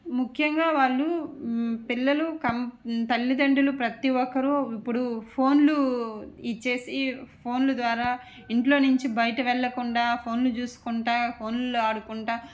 ముఖ్యంగా వాళ్ళు పిల్లలు తల్లిదండ్రులు ప్రతి ఒకరు ఇప్పుడు ఫోన్లు ఇచ్చి ఫోన్ల ద్వారా ఇంట్లో నుంచి బయటికి వెళ్ళకుండా ఫోన్లు చూసుకుంటు ఫోన్లో ఆడుకుంటు